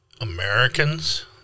Americans